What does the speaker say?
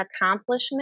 accomplishment